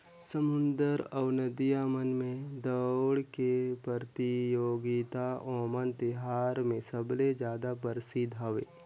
समुद्दर अउ नदिया मन में दउड़ के परतियोगिता ओनम तिहार मे सबले जादा परसिद्ध हवे